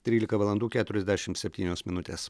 trylika valandų keturiasdešimt septynios minutės